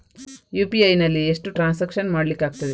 UPI ನಲ್ಲಿ ಎಷ್ಟು transaction ಮಾಡ್ಲಿಕ್ಕೆ ಆಗ್ತದೆ?